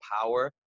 power